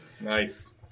Nice